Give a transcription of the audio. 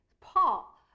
Paul